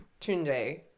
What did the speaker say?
Tunde